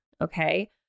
okay